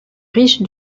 riche